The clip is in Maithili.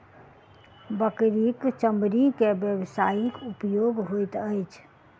बकरीक चमड़ी के व्यवसायिक उपयोग होइत अछि